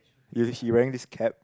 he he wearing this cap